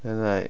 then like